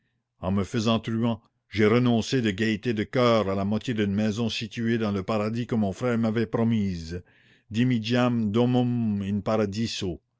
en me faisant truand j'ai renoncé de gaieté de coeur à la moitié d'une maison située dans le paradis que mon frère m'avait promise dimidiam domum in